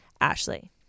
Ashley